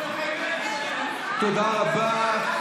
תודה רבה.